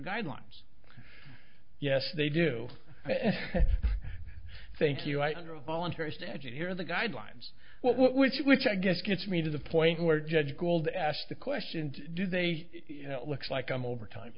guidelines yes they do thank you i under a voluntary statute here the guidelines which which i guess gets me to the point where judge gold asked the question do they look like i'm over time